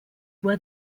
were